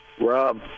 Rob